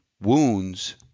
Wounds